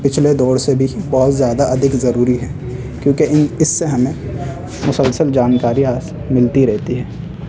پچھلے دور سے بھی بہت زیادہ ادھک ضروری ہے کیونکہ ان اس سے ہمیں مسلسل جانکاری ملتی رہتی ہے